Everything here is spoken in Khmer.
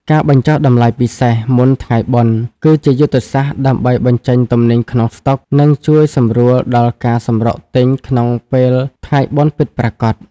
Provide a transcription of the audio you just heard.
ការបញ្ចុះតម្លៃពិសេស "មុនថ្ងៃបុណ្យ" គឺជាយុទ្ធសាស្ត្រដើម្បីបញ្ចេញទំនិញក្នុងស្តុក និងជួយសម្រួលដល់ការសម្រុកទិញក្នុងពេលថ្ងៃបុណ្យពិតប្រាកដ។